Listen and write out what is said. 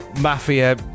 mafia